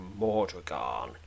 Mordragon